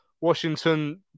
Washington